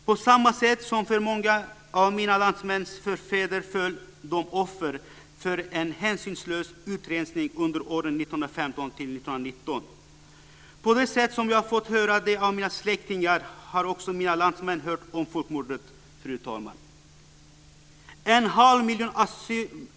På samma sätt som många av mina landsmäns förfäder föll de offer för en hänsynslös utrensning under åren 1915-1919. Jag har fått höra detta av mina släktingar, och också mina landsmän har hört om folkmordet på samma sätt, fru talman.